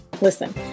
Listen